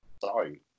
Sorry